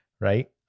right